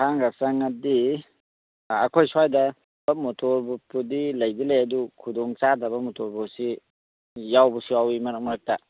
ꯊꯥꯡꯒ ꯆꯪꯉꯗꯤ ꯑꯩꯈꯣꯏ ꯁ꯭ꯋꯥꯏꯗ ꯃꯣꯇꯣꯔ ꯕꯨꯠꯄꯨꯗꯤ ꯂꯩꯗꯤ ꯂꯩ ꯑꯗꯨ ꯈꯨꯗꯣꯡ ꯆꯥꯗꯕ ꯃꯣꯇꯣꯔ ꯕꯨꯠꯁꯤ ꯌꯥꯎꯕꯁꯨ ꯌꯥꯎꯏ ꯃꯔꯛ ꯃꯔꯛꯇ